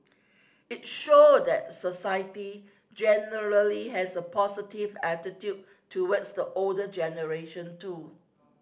it showed that society generally has a positive attitude towards the older generation too